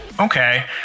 Okay